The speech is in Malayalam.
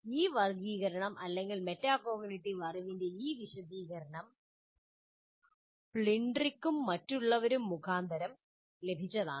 ഈ വർഗ്ഗീകരണം അല്ലെങ്കിൽ മെറ്റാകോഗ്നിറ്റീവ് അറിവിന്റെ ഈ വിശദീകരണം പ്ലിൻട്രിക് മറ്റ് ഉള്ളവരും മുഖാന്തരം ലഭിച്ചതാണ്